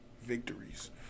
victories